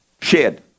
Shared